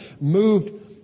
moved